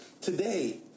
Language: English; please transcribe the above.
today